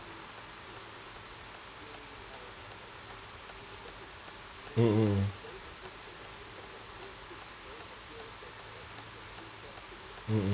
mmhmm mm mmhmm